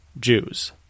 Jews